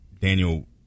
Daniel